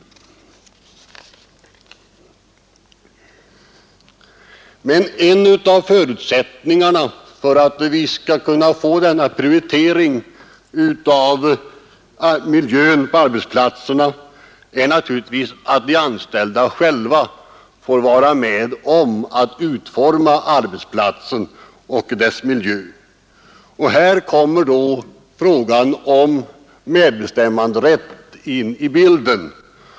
Men en av förutsättningarna för en riktig prioritering av miljön på arbetsplatserna är naturligtvis att de anställda själva får vara med och utforma arbetsplatsen och dess miljö. Här kommer då frågan om medbestämmanderätten in i bilden.